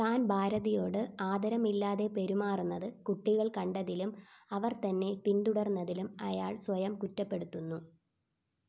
താൻ ഭാരതിയോട് ആദരമില്ലാതെ പെരുമാറുന്നത് കുട്ടികൾ കണ്ടതിലും അവർ തന്നെ പിന്തുടർന്നതിലും അയാൾ സ്വയം കുറ്റപ്പെടുത്തുന്നു